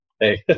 hey